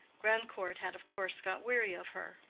grandcourt had of course got weary of her.